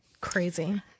crazy